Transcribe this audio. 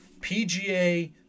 PGA